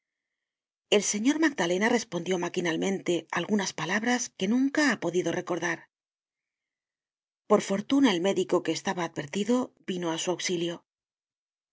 el señor magdalena respondió maquinalmente algunas palabras que nunca ha podido recordar por fortuna el médico que estaba advertido vino á su auxilio